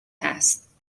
است